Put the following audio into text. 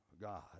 God